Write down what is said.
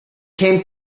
came